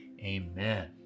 Amen